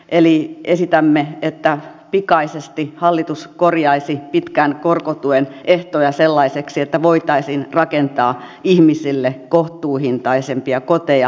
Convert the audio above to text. eli esitämme että hallitus korjaisi pitkän korkotuen ehtoja pikaisesti sellaisiksi että voitaisiin rakentaa ihmisille kohtuuhintaisempia koteja